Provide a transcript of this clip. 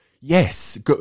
Yes